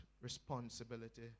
responsibility